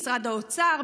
משרד האוצר,